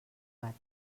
gat